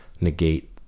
negate